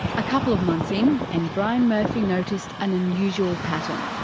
a couple of months in, and brian murphy noticed an unusual pattern.